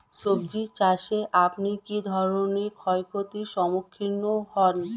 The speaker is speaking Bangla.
সবজী চাষে আপনি কী ধরনের ক্ষয়ক্ষতির সম্মুক্ষীণ হন?